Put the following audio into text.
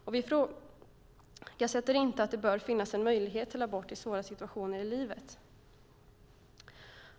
Vi ifrågasätter inte att det bör finnas en möjlighet till abort i svåra situationer i livet.